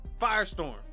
Firestorm